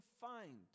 find